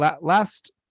last